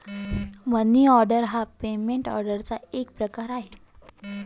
मनी order हा payment ऑर्डरचा एक प्रकार आहे